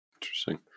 Interesting